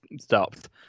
stopped